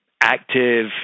active